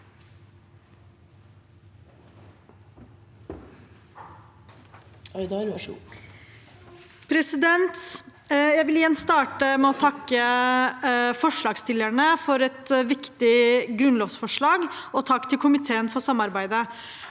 for saken): Jeg vil igjen starte med å takke forslagsstillerne for et viktig grunnlovsforslag, og takk til komiteen for samarbeidet.